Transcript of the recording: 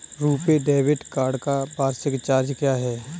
RuPay debit card का वार्षिक charge क्या है?